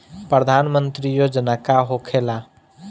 प्रधानमंत्री योजना का होखेला?